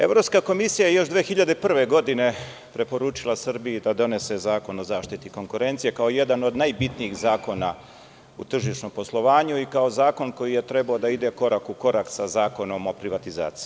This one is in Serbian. Evropska komisija je još 2001. godine preporučila Srbiji da donese Zakon o zaštiti konkurencije, kao jedan od najbitnijih zakona o tržišnom poslovanju i kao zakon koji je trebalo da ide korak u korak sa Zakonom o privatizaciji.